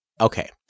Okay